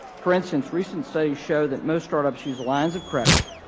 for instance, recent studies show that most startups use lines of credit,